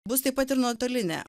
bus taip pat ir nuotolinė